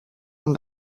amb